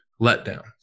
letdown